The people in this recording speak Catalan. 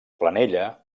planella